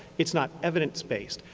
it's not evidence-based.